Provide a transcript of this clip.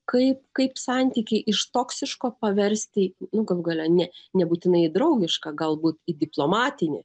kaip kaip santykį iš toksiško paversti nu galų gale ne nebūtinai į draugišką galbūt į diplomatinį